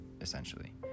essentially